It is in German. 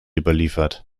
überliefert